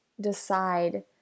decide